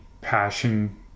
passion